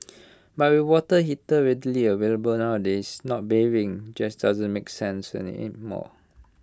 but with water heater readily available nowadays not bathing just doesn't make sense anymore